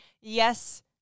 Yes